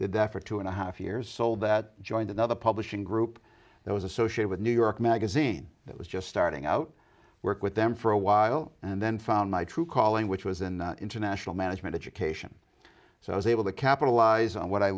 deaf or two and a half years old that joined another publishing group that was associate with new york magazine that was just starting out work with them for a while and then found my true calling which was in international management education so i was able to capitalize on what i